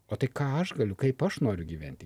o tai ką aš galiu kaip aš noriu gyventi